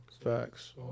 facts